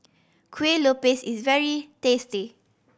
kue lupis is very tasty